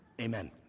Amen